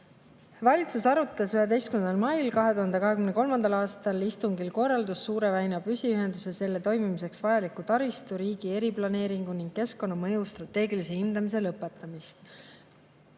Valitsus arutas 11. mail 2023. aastal oma istungil korralduse "Suure väina püsiühenduse ja selle toimimiseks vajaliku taristu riigi eriplaneeringu ning keskkonnamõju strateegilise hindamise [algatamine]"